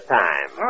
time